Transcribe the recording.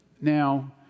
Now